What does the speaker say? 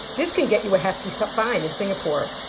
this can get you a hefty so fine in singapore.